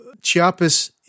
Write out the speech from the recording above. Chiapas